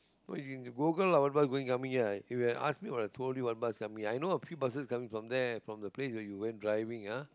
no you can Google what bus going coming here I if you have ask me or I told you what bus coming I know there's a few buses coming from there from the place you went driving ah